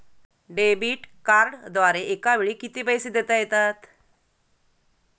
Debit कार्डद्वारे एकावेळी किती पैसे देता येतात?